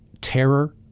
terror